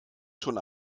schon